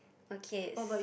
okay